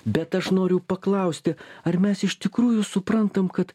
bet aš noriu paklausti ar mes iš tikrųjų suprantam kad